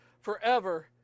forever